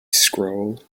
scroll